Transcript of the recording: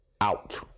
Out